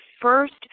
first